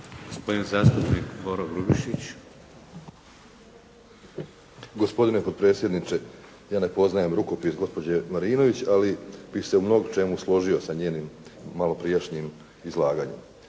Grubišić. **Grubišić, Boro (HDSSB)** Gospodine potpredsjedniče, ja ne poznajem rukopis gospođe Marinović, ali bih se u mnogo čemu složio sa njenim malo prijašnjim izlaganjem.